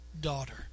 Daughter